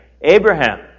Abraham